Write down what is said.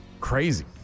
Crazy